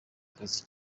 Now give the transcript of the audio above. akazi